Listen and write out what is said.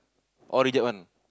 all reject one